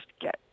get